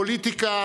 הפוליטיקה